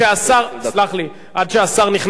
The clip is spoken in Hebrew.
עד שהשר נכנס עברו שתי דקות.